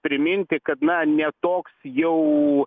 priminti kad na ne toks jau